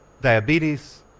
diabetes